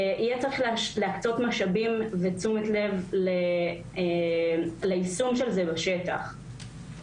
יהיה צריך להקצות משאבים ותשומת לב ליישום של זה בשטח.